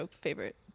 favorite